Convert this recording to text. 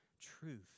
truth